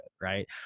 right